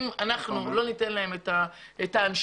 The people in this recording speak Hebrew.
אם לא ניתן להם את ההנשמה